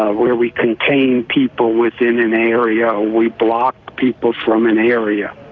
ah where we contain people within an area. we block people from an area.